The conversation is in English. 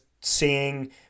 seeing